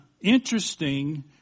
interesting